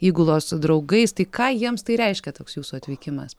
įgulos draugais tai ką jiems tai reiškia toks jūsų atvykimas